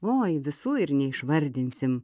oi visų ir neišvardinsim